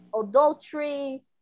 adultery